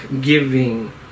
giving